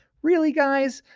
really guys,